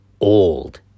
old